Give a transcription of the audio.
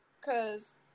cause